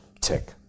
Tick